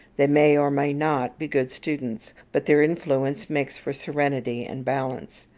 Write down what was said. they may or may not be good students, but their influence makes for serenity and balance.